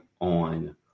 on